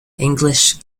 english